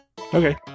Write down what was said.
Okay